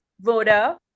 VODA